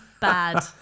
bad